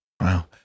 Wow